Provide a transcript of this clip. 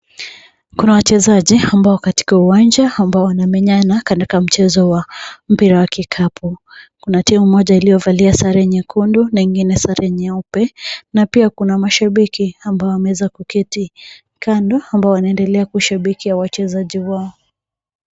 Kuna wachezaji ambao katika uwanja ambao wanamenyana katika mchezo wa mpira wa vikapu. Kuna timu moja iliyovalia sare nyekundu na ingine sare nyeupe. Na pia kuna mashabiki ambao wameweza kuketi kando ambao wanaendelea kushabikia wachezaji wao.